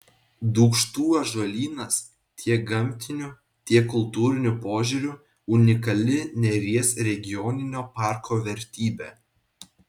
dūkštų ąžuolynas tiek gamtiniu tiek kultūriniu požiūriu unikali neries regioninio parko vertybė